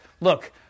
look